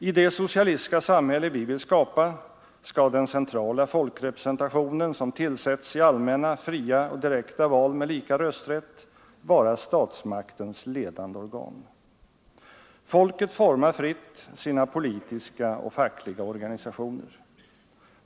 I det socialistiska samhälle vi vill skapa skall den ”centrala folkrepresentationen, som tillsätts i allmänna, fria och direkta val med lika rösträtt,” vara statsmaktens ledande organ. ”Folket formar fritt sina politiska och fackliga organisationer.